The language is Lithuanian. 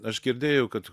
aš girdėjau kad